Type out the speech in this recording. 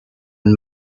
and